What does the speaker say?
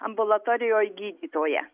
ambulatorijoj gydytoja